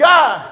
God